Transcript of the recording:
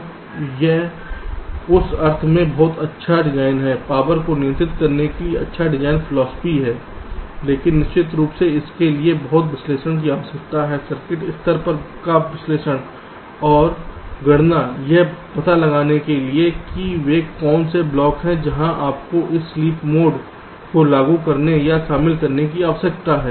तो यह उस अर्थ में बहुत अच्छा डिज़ाइन है पावर को नियंत्रित करने के लिए अच्छा डिज़ाइन फिलासफी लेकिन निश्चित रूप से इसके लिए बहुत विश्लेषण की आवश्यकता होती है सर्किट स्तर का विश्लेषण और गणना यह पता लगाने के लिए कि वे कौन से ब्लॉक हैं जहां आपको इस स्लीप मोड को लागू करने या शामिल करने की आवश्यकता है